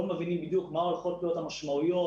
מבינים בדיוק מה הולכות להיות המשמעויות,